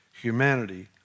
humanity